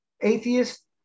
Atheist